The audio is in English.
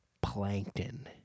plankton